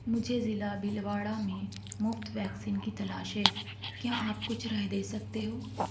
مجھے ضلع بھلواڑہ میں مفت ویکسین کی تلاش ہے کیا آپ کچھ رائے دے سکتے ہو